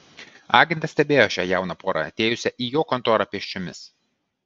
agentas stebėjo šią jauną porą atėjusią į jo kontorą pėsčiomis